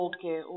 Okay